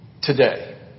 Today